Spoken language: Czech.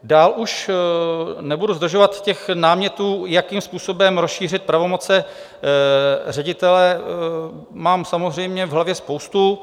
Dál už nebudu zdržovat, námětů, jakým způsobem rozšířit pravomoce ředitele, mám samozřejmě v hlavě spoustu.